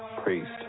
priest